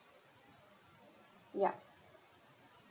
yup